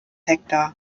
hektar